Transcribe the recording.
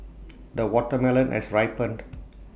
the watermelon has ripened